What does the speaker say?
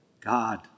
God